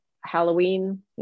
Halloween